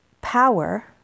power